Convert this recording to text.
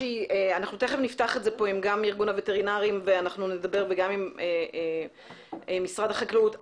ונדבר גם עם ארגון הווטרינרים וגם עם משרד החקלאות.